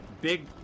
big